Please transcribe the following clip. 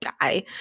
die